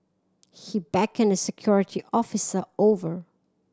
he beckoned a security officer over